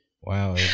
Wow